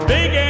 Big